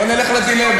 בואי נלך לדילמות.